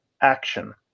action